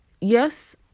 yes